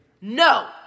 No